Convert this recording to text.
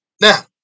Now